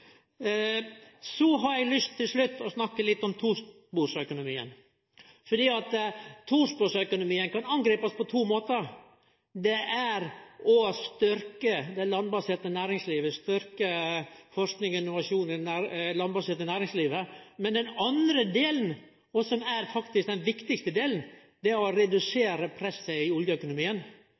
har lyst til å snakke litt om tosporsøkonomien til slutt. Tosporsøkonomien kan angripast på to måtar: Det eine er å styrke det landbaserte næringslivet, styrke forsking og innovasjon i det landbaserte næringslivet. Det andre, som er den viktigaste delen, er å redusere presset i oljeøkonomien.